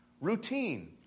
routine